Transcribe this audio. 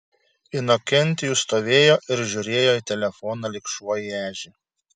inokentijus stovėjo ir žiūrėjo į telefoną lyg šuo į ežį